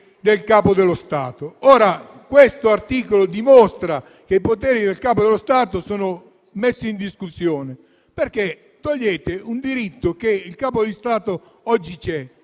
l'articolo 1 dimostra che i poteri del Capo dello Stato sono messi in discussione, perché togliete un diritto che il Capo di Stato oggi ha.